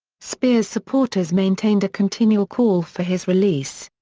speer's supporters maintained a continual call for his release.